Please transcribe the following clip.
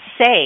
say